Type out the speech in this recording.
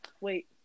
Wait